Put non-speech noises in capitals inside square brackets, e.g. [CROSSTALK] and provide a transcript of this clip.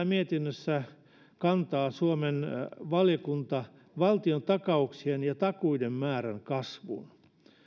[UNINTELLIGIBLE] mietinnössä kantaa suomen valtiontakauksien ja takuiden määrän kasvuun